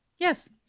yes